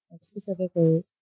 specifically